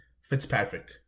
Fitzpatrick